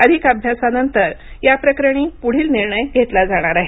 अधिक अभ्यासानंतर याप्रकरणी पुढील निर्णय घेतला जाणार आहे